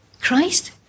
Christ